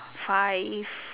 five